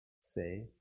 say